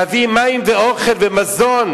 להביא מים ואוכל ומזון